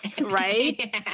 Right